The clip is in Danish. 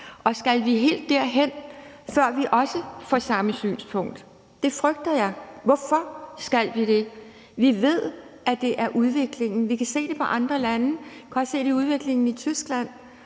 og skal vi helt derhen, før vi også får det samme synspunkt? Det frygter jeg. Hvorfor skal vi det? Vi ved, at det er udviklingen. Vi kan se det på andre lande, vi kan også se det i udviklingen i Tyskland,